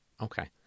Okay